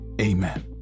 Amen